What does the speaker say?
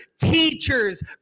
teachers